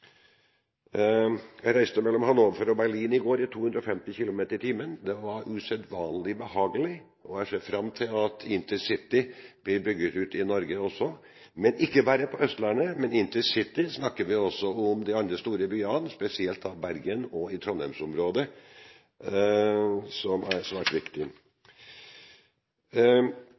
Jeg reiste mellom Hannover og Berlin i går i 250 km/t. Det var usedvanlig behagelig, og jeg ser fram til at intercity blir bygd ut i Norge også, men ikke bare på Østlandet. Intercity snakker vi også om i forbindelse med de andre store byene, spesielt Bergensområdet og Trondheimsområdet, som er svært viktig.